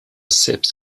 selbst